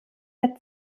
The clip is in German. der